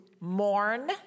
mourn